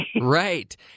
Right